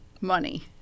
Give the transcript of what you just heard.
money